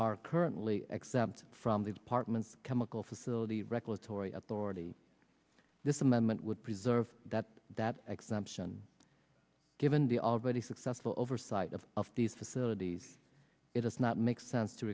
are currently exempt from the department of chemical facility regulatory authority this amendment would preserve that that exemption given the already successful oversight of of these facilities it does not make sense to